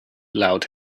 allowed